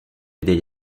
aider